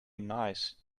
nice